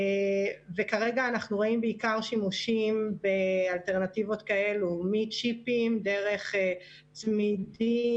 וכרגע אנחנו רואים בעיקר שימושים באלטרנטיבות כאלו: מצ'יפים דרך צמידים,